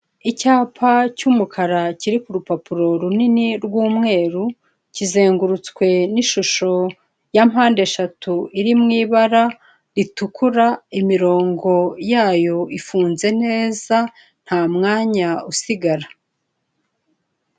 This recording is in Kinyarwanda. Icyapa cy'umukara kiri ku rupapuro runini rw'umweru kizengurutswe n'ishusho ya mpandeshatu iri m'ibara ritukura imirongo yayo ifunze neza nta mwanya usigara.